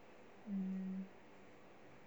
hmm